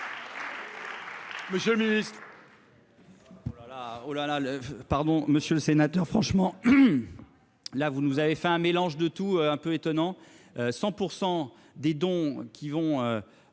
Monsieur le ministre,